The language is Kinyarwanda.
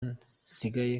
nsigaye